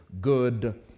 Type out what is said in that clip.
good